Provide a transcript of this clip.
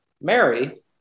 Mary